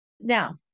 Now